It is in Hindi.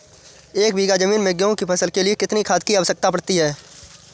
एक बीघा ज़मीन में गेहूँ की फसल के लिए कितनी खाद की आवश्यकता पड़ती है?